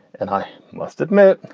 and i must admit,